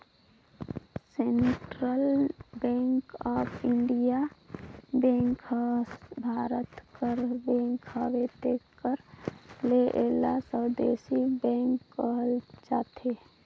central bank of India bank हर भारत कर bank हवे तेकर ले एला स्वदेसी बेंक कहल जाथे